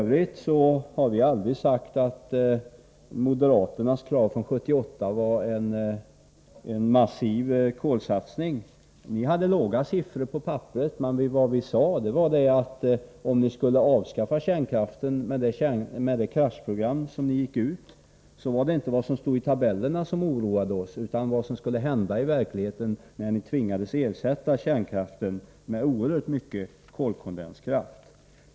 Vi har aldrig sagt att moderaternas krav från 1978 innebar en massiv kolsatsning. Ni hade låga siffror på papperet, men vad vi sade var att om vi skulle avskaffa kärnkraften med det kraftprogram som ni gick ut med var det inte det som stod i tabellerna som oroade oss utan vad som skulle hända i verkligheten när ni tvingades ersätta kärnkraften med oerhört mycket kolkondenskraft.